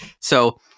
So-